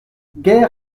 guerre